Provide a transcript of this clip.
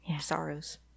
sorrows